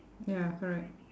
ya correct